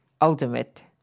ultimate